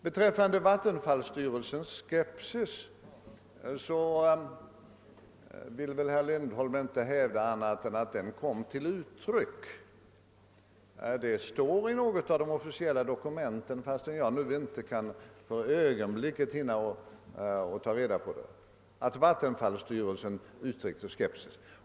Beträffande vattenfallsstyrelsens skepsis vill väl herr Lindholm inte hävda annat än att den kom till uttryck. Det står i något av de officiella dokumenten, fastän jag inte för ögonblicket hinner ta reda på det, att vattenfallsstyrelsen uttrycker skepsis.